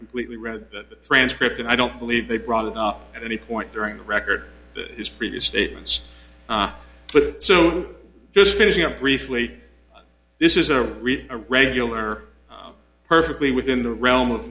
completely read the transcript and i don't believe they brought it up at any point during the record his previous statements but so just finishing up briefly this is a read a regular perfectly within the realm of